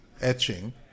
etching